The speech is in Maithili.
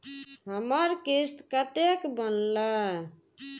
हमर किस्त कतैक बनले?